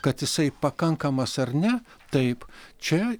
kad jisai pakankamas ar ne taip čia